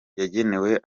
yagenewe